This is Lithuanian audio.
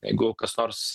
jeigu kas nors